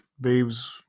Babes